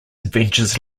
adventures